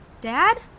Dad